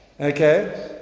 Okay